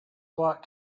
what